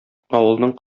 авылның